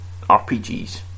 RPGs